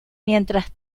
mientras